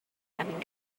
having